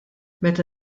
meta